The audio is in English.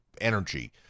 energy